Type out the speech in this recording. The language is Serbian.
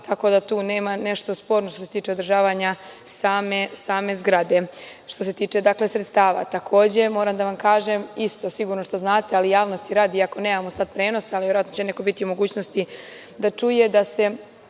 tako da tu nema nešto sporno što se tiče održavanja same zgrade. Što se tiče sredstava, takođe moram da vam kažem, isto sigurno što znate, ali javnosti radi, ako nemamo sada prenos, ali verovatno će neko biti u mogućnosti da čuje, da se